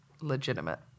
legitimate